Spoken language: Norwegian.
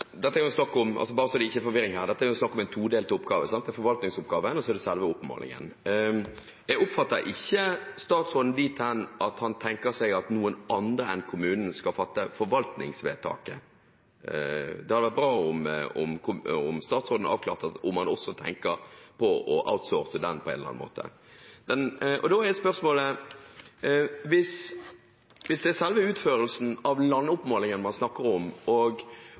det her er snakk om en todelt oppgave: det er forvaltningsoppgaven, og så er det selve oppmålingen. Jeg oppfatter ikke statsråden dit hen at han tenker seg at noen andre enn kommunene skal fatte forvaltningsvedtaket, og da er det bra om statsråden avklarte om han også tenker på å outsource den oppgaven på en eller annen måte. Hvis det er selve utførelsen av landoppmålingen man snakker om – og statsråden helt presist, i møte med min kritikk av at man flytter lojaliteten til aktørene som utfører landmålingen hvis